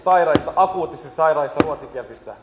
akuutisti sairaista ruotsinkielisistä